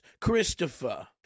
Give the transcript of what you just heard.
Christopher